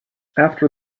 after